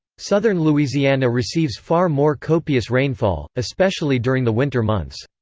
southern louisiana receives far more copious rainfall, especially during the winter months.